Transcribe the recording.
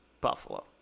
Buffalo